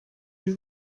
you